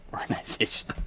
organization